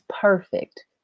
perfect